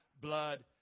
blood